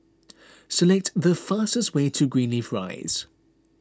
select the fastest way to Greenleaf Rise